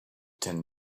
ten